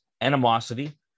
animosity